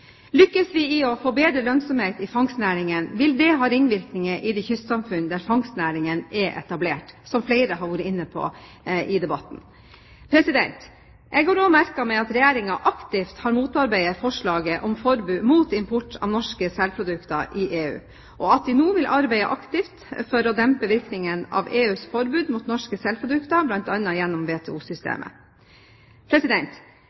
Lykkes vi i å få til bedre lønnsomhet i fangstnæringene, vil det ha ringvirkninger i de kystsamfunn der fangstnæringene er etablert, som flere har vært inne på i debatten. Jeg har også merket meg at Regjeringen aktivt har motarbeidet forslaget om forbud mot import av norske selprodukter i EU, og at de nå vil arbeide aktivt for å dempe virkningene av EUs forbud mot norske selprodukter, bl.a. gjennom